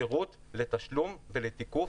שירות לתשלום ולתיקוף